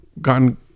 gotten